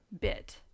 bit